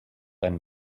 ein